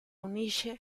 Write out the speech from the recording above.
unisce